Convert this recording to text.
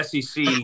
SEC